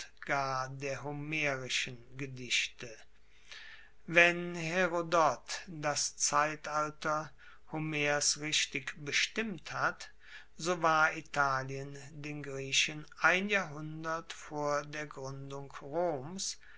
der homerischen gedichte wenn herodot das zeitalter homers richtig bestimmt hat so war italien den griechen ein jahrhundert vor der gruendung roms